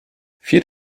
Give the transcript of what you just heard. vier